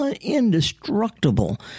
indestructible